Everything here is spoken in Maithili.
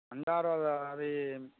अण्डा रोल आर ई